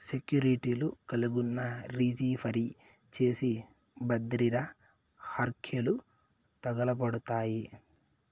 సెక్యూర్టీలు కలిగున్నా, రిజీ ఫరీ చేసి బద్రిర హర్కెలు దకలుపడతాయి